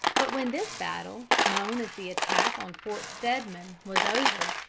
but when this battle, known as the attack on fort steadman, was over,